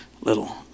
little